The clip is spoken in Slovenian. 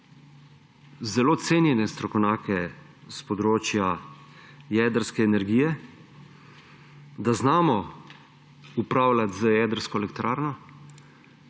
zelo cenjene strokovnjake s področja jedrske energije, da znamo upravljati z jedrsko elektrarno.